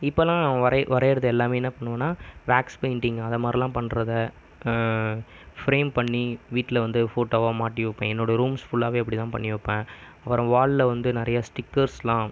இப்போலாம் வரை வரையுறது எல்லாமே என்ன பண்ணுவன்னா வேக்ஸ் பெயிண்ட்டிங் அதை மாதிரிலாம் பண்ணுறத ஃப்ரேம் பண்ணி வீட்டில் வந்து ஃபோட்டோவா மாட்டி வைப்பேன் என்னோடய ரூம்ஸ் ஃபுல்லாவே அப்படிதான் பண்ணி வைப்பேன் அப்பறம் வாலில் வந்து நிறைய ஸ்டிக்கர்ஸுலாம்